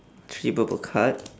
three purple card